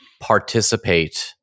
participate